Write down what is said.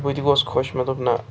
بہٕ تہِ گوس خۄش مےٚ دوٚپ نَہ